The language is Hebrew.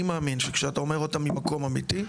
אני מאמין שכשאתה אומר אותן ממקום אמיתי ,